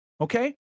okay